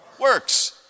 works